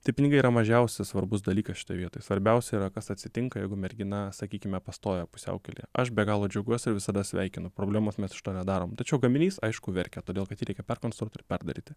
tai pinigai yra mažiausias svarbus dalykas šitoj vietoj svarbiausia yra kas atsitinka jeigu mergina sakykime pastoja pusiaukelėje aš be galo džiaugiuosi ir visada sveikinu problemos mes iš to nedarom tačiau gaminys aišku verkia todėl kad jį reikia perkonstruot ir perdaryti